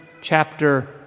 chapter